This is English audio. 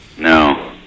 No